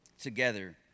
together